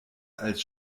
als